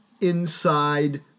inside